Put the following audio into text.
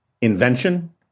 invention